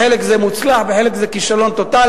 בחלק זה מוצלח, בחלק זה כישלון טוטלי.